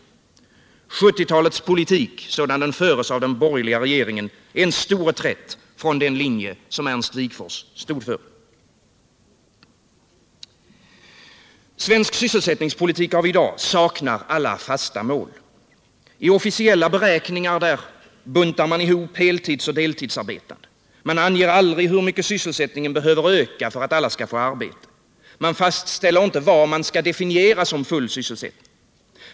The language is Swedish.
1970-talets politik sådan den förs av den borgerliga regeringen är en stor reträtt från den linje Ernst Wigforss stod för. Svensk sysselsättningspolitik av i dag saknar alla fasta mål. I officiella beräkningar buntar man ihop heltidsoch deltidsarbetande. Man anger hur mycket sysselsättningen behöver öka för att alla skall få arbete. Man fastställer inte vad man skall definiera som full sysselsättning.